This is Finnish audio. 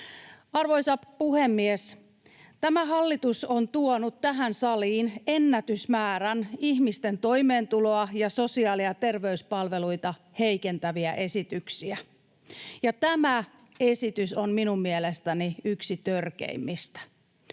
Arvoisa puhemies! Tämä hallitus on tuonut tähän saliin ennätysmäärän ihmisten toimeentuloa ja sosiaali- ja terveyspalveluita heikentäviä esityksiä, ja tämä esitys on minun mielestäni yksi törkeimmistä.